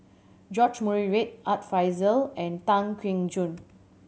George Murray Reith Art Fazil and Tan Keong Choon